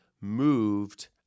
moved –